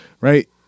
right